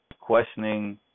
questioning